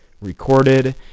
recorded